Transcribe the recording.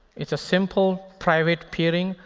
it's a simple private peering.